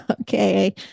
okay